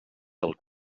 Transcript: del